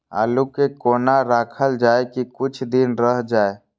आलू के कोना राखल जाय की कुछ दिन रह जाय?